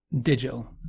digital